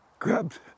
Grabbed